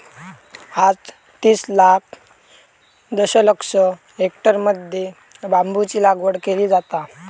आज तीस लाख दशलक्ष हेक्टरमध्ये बांबूची लागवड केली जाता